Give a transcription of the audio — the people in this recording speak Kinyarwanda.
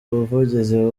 ubuvugizi